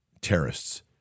terrorists